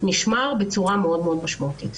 נשמר בצורה מאוד מאוד משמעותית.